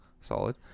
Solid